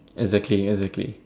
exactly exactly